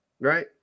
right